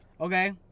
Okay